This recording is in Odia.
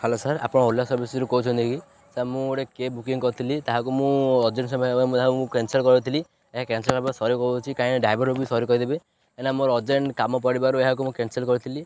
ହ୍ୟାଲୋ ସାର୍ ଆପଣ ଓଲା ସର୍ଭିସ୍ରୁ କହୁଛନ୍ତି କି ସାର୍ ମୁଁ ଗୋଟେ କ୍ୟାବ୍ ବୁକିଂ କରିଥିଲି ତାହାକୁ ମୁଁ ଅର୍ଜେଣ୍ଟ୍ ସମୟ ମୁଁ କ୍ୟାନ୍ସଲ୍ କରିଥିଲି ଏହା କ୍ୟାନ୍ସଲ୍ ହେବାରୁ ସରି କହୁଛି କାହିଁକିନା ଡ୍ରାଇଭର୍ ବି ସରି କହିଦେ କାହିଁକିନା ମୋର୍ ଅର୍ଜେଣ୍ଟ୍ କାମ ପଡ଼ିବାରୁ ଏହାକୁ ମୁଁ କ୍ୟାନ୍ସଲ୍ କରିଥିଲି